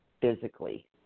physically